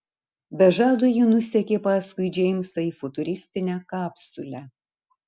be žado ji nusekė paskui džeimsą į futuristinę kapsulę